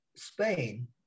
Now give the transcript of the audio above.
Spain